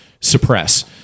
suppress